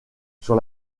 sur